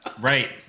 Right